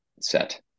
set